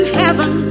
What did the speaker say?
heaven